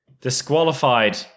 disqualified